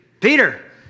Peter